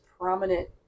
prominent